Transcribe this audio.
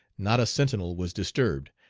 not a sentinel was disturbed,